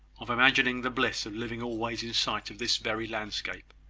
of imagining the bliss of living always in sight of this very landscape!